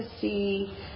see